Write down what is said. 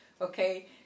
Okay